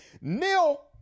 Neil